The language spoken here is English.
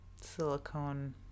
silicone